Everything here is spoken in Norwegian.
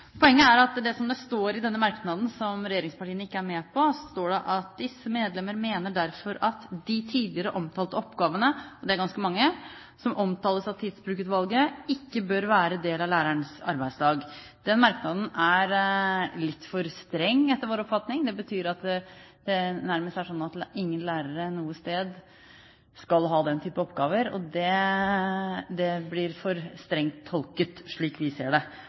Poenget er det som står i denne merknaden, som regjeringspartiene ikke er med på, hvor det heter: «Disse medlemmer mener derfor at de tidligere omtalte oppgavene» – og det er ganske mange – «som omtales av Tidsbrukutvalget, ikke bør være del av lærerens arbeidsdag.» Den merknaden er etter vår oppfatning litt for streng. Det betyr at det nærmest er slik at ingen lærere noe sted skal ha den type oppgaver, og det blir for strengt tolket, slik vi ser det.